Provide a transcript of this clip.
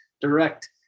direct